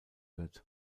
wird